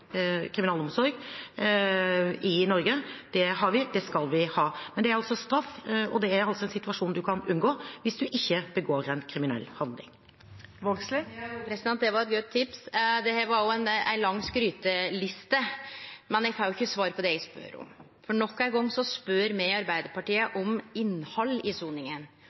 kriminalomsorg i Norge. Det har vi, og det skal vi ha. Men det er altså straff, og det er en situasjon man kan unngå hvis man ikke begår en kriminell handling. Ja, det var eit godt tips. Det var òg ei lang skryteliste, men eg får ikkje svar på det eg spør om, for nok ein gong spør me i Arbeidarpartiet om innhald i soninga,